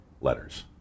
letters